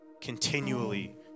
continually